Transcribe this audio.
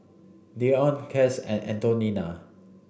Deante Cass and Antonina